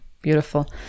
beautiful